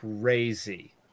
crazy